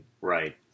Right